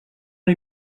una